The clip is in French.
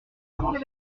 lequel